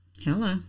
Hello